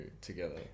together